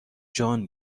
جان